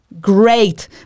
great